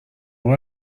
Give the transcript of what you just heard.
بار